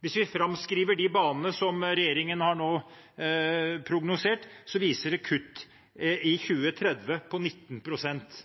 Hvis vi framskriver de banene som er prognosert, viser det kutt i 2030 på